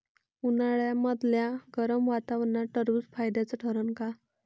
उन्हाळ्यामदल्या गरम वातावरनात टरबुज फायद्याचं ठरन का?